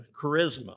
charisma